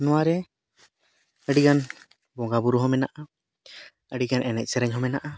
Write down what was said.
ᱱᱚᱣᱟᱨᱮ ᱟᱹᱰᱤᱜᱟᱱ ᱵᱚᱸᱜᱟᱼᱵᱩᱨᱩ ᱦᱚᱸ ᱢᱮᱱᱟᱜᱼᱟ ᱟᱹᱰᱤᱜᱟᱱ ᱮᱱᱮᱡᱼᱥᱮᱨᱮᱧ ᱦᱚᱸ ᱢᱮᱱᱟᱜᱼᱟ